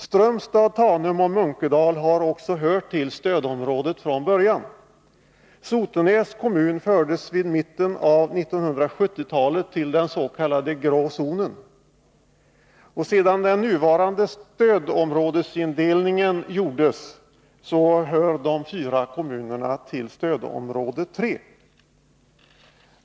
Strömstad, Tanum och Munkedal har också hört till stödområdet från början. Sotenäs kommun fördes vid mitten av 1970-talet till den s.k. grå zonen, och sedan den nuvarande stödområdesindelningen gjordes hör de fyra kommunerna till stödområde 3.